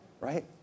Right